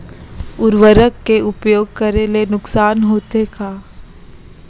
उर्वरक के उपयोग करे ले नुकसान होथे का?